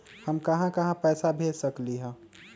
हम कहां कहां पैसा भेज सकली ह?